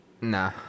Nah